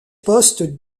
poste